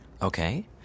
Okay